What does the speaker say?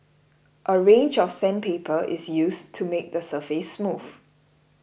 a range of sandpaper is used to make the surface smooth